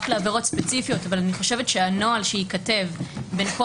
לעבירות ספציפיות אבל אני חושבת שהנוהל שייכתב בין כל